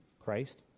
Christ